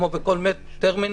כמו בכל טרמינל.